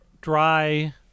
dry